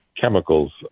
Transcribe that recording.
chemicals